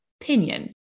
opinion